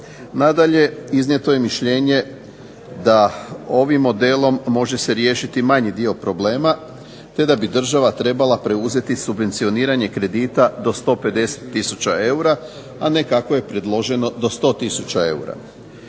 Nadalje, iznijeto je mišljenje da ovim modelom može se riješiti manji dio problema, te da bi država trebala preuzeti subvencioniranje kredita do 150000 eura, a ne kako je predloženo do 100000 eura.